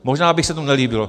Možná by se jim to nelíbilo.